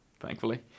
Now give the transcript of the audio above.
thankfully